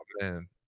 man